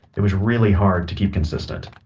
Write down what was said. it was really hard to keep consistent.